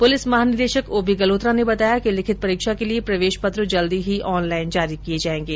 police महानिदेशक OP Galhotra ने बताया कि लिखित परीक्षा के लिए प्रवेश पत्र जल्दी ही ऑनलाइन जारी किए जाएंगे